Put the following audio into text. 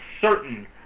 certain